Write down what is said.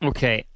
Okay